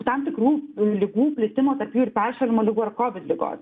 tam tikrų ligų plitimo tarp jų ir peršalimo ligų ar kovid ligos